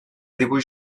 dibuix